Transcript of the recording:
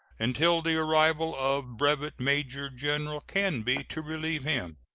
until the arrival of brevet major-general canby to relieve him.